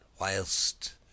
whilst